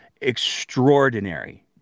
extraordinary